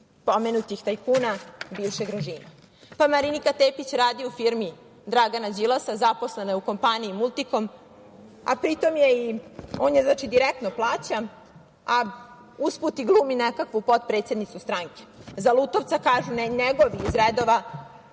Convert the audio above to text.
pomenutih tajkuna bivšeg režima. Marinika Tepić radi u firmi Dragana Đilasa, zaposlena u kompaniji „Multikom“, a pri tom je on direktno plaća, a usput i glumi nekakvu potpredsednicu stranke. Za Lutovca kažu, njegovi iz redova,